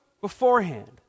beforehand